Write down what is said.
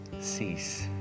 cease